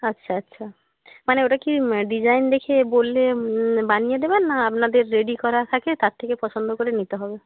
আচ্ছা আচ্ছা মানে ওটা কি ডিজাইন দেখিয়ে বললে বানিয়ে দেবেন না আপনাদের রেডি করা থাকে তার থেকে পছন্দ করে নিতে হবে